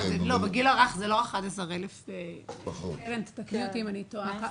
בגיל הרך זה לא 11,000. תקנו אותי אם אני טועה.